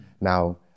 Now